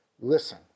listen